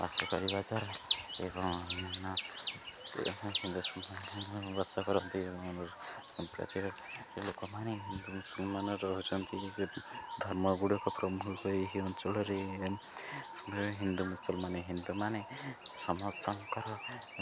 ବାସ କରିବା ଦ୍ୱାରା ଏବଂ ବାସ କରନ୍ତି ସମ୍ପ୍ରଦାୟର ଲୋକମାନେ ହିନ୍ଦୁ ମୁସଲମାନ ରହୁଛନ୍ତି ଧର୍ମ ଗୁଡ଼ିକ ପ୍ରମୁଖ ଏହି ଅଞ୍ଚଳରେ ହିନ୍ଦୁ ମୁସଲମାନମାନେ ହିନ୍ଦୁମାନେ ସମସ୍ତଙ୍କର